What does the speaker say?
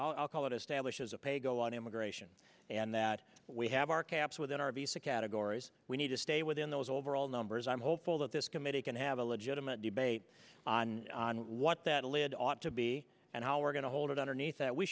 s i'll call it establishes a pay go on immigration and that we have our caps within our basic categories we need to stay within those overall numbers i'm hopeful that this committee can have a legitimate debate on what that lid ought to be and how we're going to hold it underneath that we